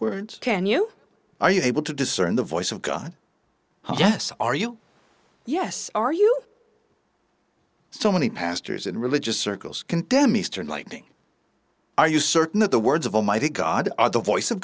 words can you are you able to discern the voice of god yes are you yes are you so many pastors in religious circles condemn eastern lightning are you certain that the words of almighty god are the voice of